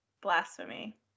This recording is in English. Blasphemy